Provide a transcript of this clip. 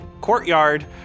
courtyard